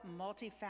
multifaceted